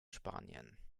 spanien